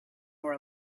more